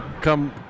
come